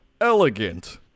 elegant